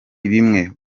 bimwe